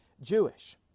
Jewish